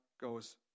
goes